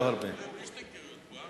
אדוני, כמה,